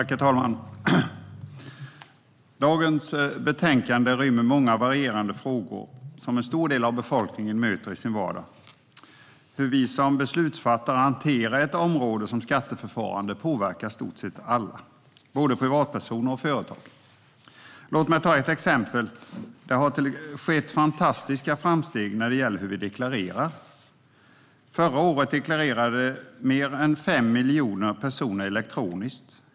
Herr talman! Dagens betänkande rymmer många varierande frågor som en stor del av befolkningen möter i sin vardag. Hur vi som beslutsfattare hanterar skatteförfarande påverkar i stort sett alla, både privatpersoner och företag. Låt mig ta ett exempel. Det har skett fantastiska framsteg när det gäller hur vi deklarerar. Förra året deklarerade mer än 5 miljoner personer elektroniskt.